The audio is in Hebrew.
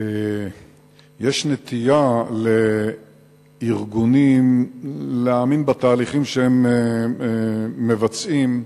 יש נטייה לארגונים להאמין בתהליכים שהם מבצעים.